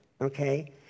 okay